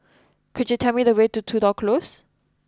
could you tell me the way to Tudor Close